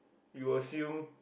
you assume